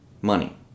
Money